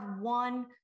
one